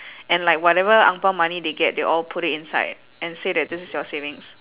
and like whatever ang pao money they get they'll all put it inside and say that this is your savings